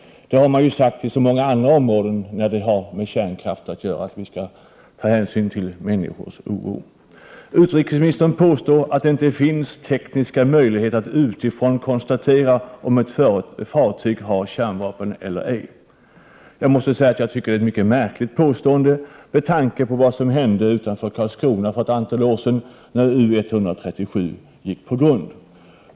Det har man sagt sig göra på många andra områden som har med kärnkraft att göra Utrikesministern påstår att det inte finns tekniska möjligheter att utifrån konstatera om ett fartyg har kärnvapen ombord eller ej. Jag tycker det är ett märkligt påstående med tanke på vad som hände utanför Karlskrona för några år sedan när U137 gick på grund.